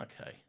okay